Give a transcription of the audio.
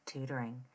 Tutoring